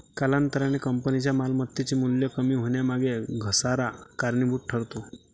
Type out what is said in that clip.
कालांतराने कंपनीच्या मालमत्तेचे मूल्य कमी होण्यामागे घसारा कारणीभूत ठरतो